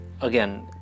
again